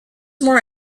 more